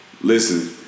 Listen